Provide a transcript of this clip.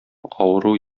авыру